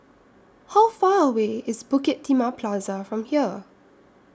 How Far away IS Bukit Timah Plaza from here